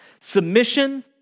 Submission